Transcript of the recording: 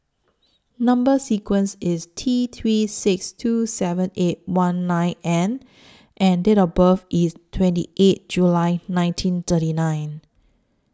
Number sequence IS T three six two seven eight one nine N and Date of birth IS twenty eight July nineteen thirty nine